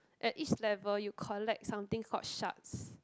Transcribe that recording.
at each level you collect something called shards